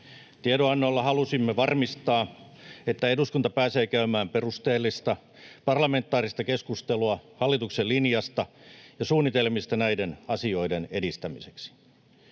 Tiedonannolla halusimme varmistaa, että eduskunta pääsee käymään perusteellista parlamentaarista keskustelua hallituksen linjasta ja suunnitelmista näiden asioiden edistämiseksi.